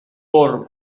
por